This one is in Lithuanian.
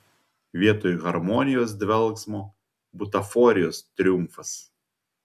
vietoj harmonijos dvelksmo butaforijos triumfas